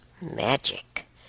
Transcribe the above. magic